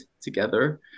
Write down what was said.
together